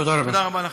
תודה רבה לכם.